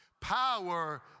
Power